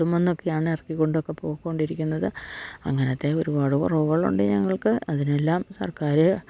ചുമന്നൊക്കെയാണ് ഇറക്കി കൊണ്ടൊക്കെ പൊക്കോണ്ടിരിക്കുന്നത് അങ്ങനത്തെ ഒരുപാട് കുറവുകളുണ്ട് ഞങ്ങൾക്ക് അതിനെല്ലാം സർക്കാര്